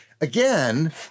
again